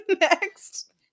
Next